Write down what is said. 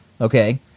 Okay